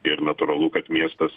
ir natūralu kad miestas